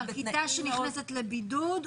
כיתה שנכנסת לבידוד,